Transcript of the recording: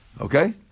Okay